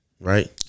Right